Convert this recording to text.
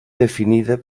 definida